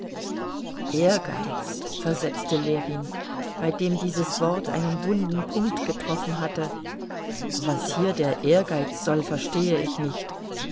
ehrgeiz versetzte ljewin bei dem dieses wort einen wunden punkt getroffen hatte was hier der ehrgeiz soll verstehe ich nicht